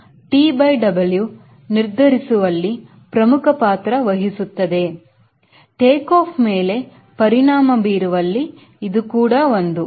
ಅದರಿಂದT by W ನಿರ್ಧರಿಸುವಲ್ಲಿ ಪ್ರಮುಖ ಪಾತ್ರ ವಹಿಸುತ್ತದೆಟೇಕಾಫ್ ಮೇಲೆ ಪರಿ ಪರಿಣಾಮ ಬೀರುವಲ್ಲಿ ಇದು ಒಂದು